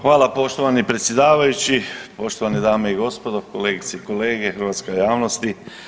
Hvala poštovani predsjedavajući, poštovani dame i gospodo, kolegice i kolege, hrvatska javnosti.